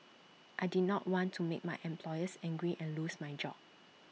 I did not want to make my employers angry and lose my job